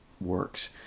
works